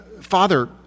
Father